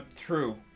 true